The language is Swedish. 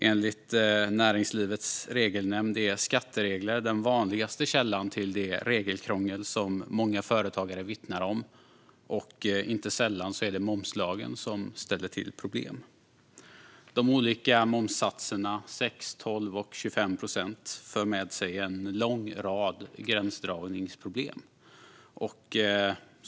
Enligt Näringslivets Regelnämnd är skatteregler den vanligaste källan till det regelkrångel som många företagare vittnar om, och inte sällan är det momslagen som ställer till problem. De olika momssatserna 6, 12 och 25 procent för med sig en lång rad gränsdragningsproblem.